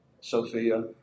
Sophia